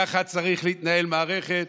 כך צריכה להתנהל מערכת.